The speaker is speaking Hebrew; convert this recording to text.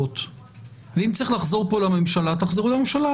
ואם צריך לחזור לממשלה, תחזרו לממשלה.